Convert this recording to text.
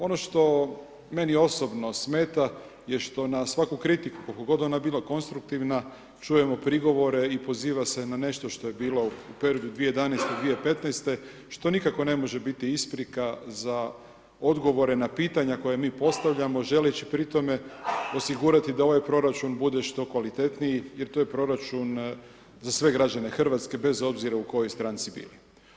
Ono što meni osobno smeta je što na svaku kritiku koliko god ona bila konstruktivna čujemo prigovore i poziva se na nešto što je bilo u periodu 2011. i 2015. što nikako ne može biti isprika za odgovore na pitanja koja mi postavljamo želeći pri tome osigurati da ovaj proračun bude što kvalitetniji jer to je proračun za sve građane Hrvatske bez obzira u kojoj stranci bili.